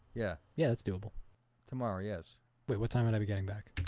yeah. yeah, that's doable tomorrow. yes what time i never getting back?